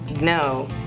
no